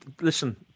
Listen